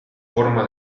forma